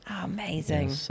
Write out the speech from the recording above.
amazing